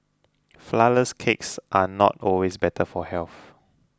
Flourless Cakes are not always better for health